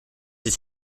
its